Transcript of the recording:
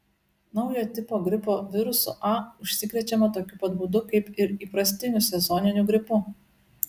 naujo tipo gripo virusu a užsikrečiama tokiu pat būdu kaip ir įprastiniu sezoniniu gripu